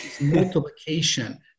multiplication